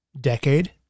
decade